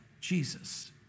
jesus